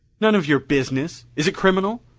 none of your business! is it criminal?